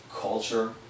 culture